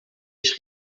ich